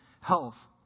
health